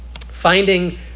finding